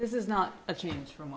this is not a change from